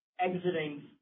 exiting